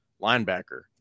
linebacker